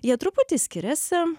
jie truputį skiriasi